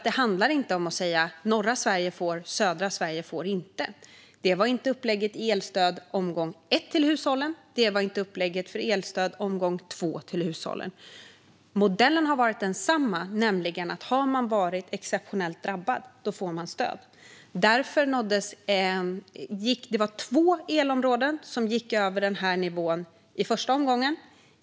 Det handlar inte om att säga att norra Sverige får stöd men inte södra Sverige. Det var inte upplägget i omgång ett av elstödet till hushållen och inte heller i omgång två. Modellen har varit densamma: Har man varit exceptionellt drabbad får man stöd. Det var två elprisområden som gick över den här nivån i första omgången.